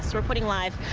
so reporting live,